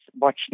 watching